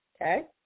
okay